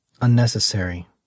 unnecessary